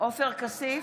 עופר כסיף,